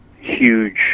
huge